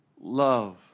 love